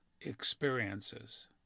experiences